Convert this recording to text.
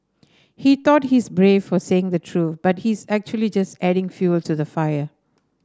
he thought he's brave for saying the truth but he's actually just adding fuelled to the fire